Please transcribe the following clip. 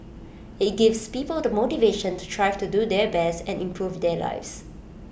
IT gives people the motivation to strive to do their best and improve their lives